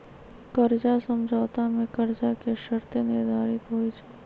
कर्जा समझौता में कर्जा के शर्तें निर्धारित होइ छइ